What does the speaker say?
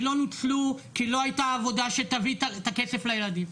הם לא נוצלו כי לא הייתה עבודה שתביא את הכסף לילדים.